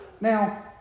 Now